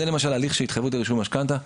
זה למשל הליך של התחייבות לרישום משכנתה.